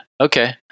Okay